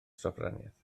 sofraniaeth